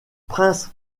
prince